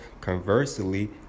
Conversely